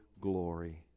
glory